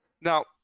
Now